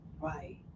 right